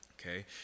Okay